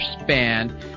span